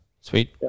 Sweet